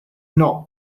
not